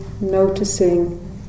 noticing